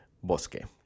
Bosque